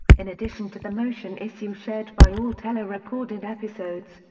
in addition to the motion issue shared by all telerecorded episodes,